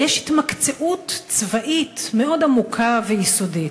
יש התמקצעות צבאית מאוד עמוקה ויסודית.